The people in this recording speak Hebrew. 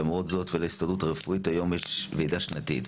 ולמרות זאת להסתדרות הרפואית יש היום ועידה שנתית.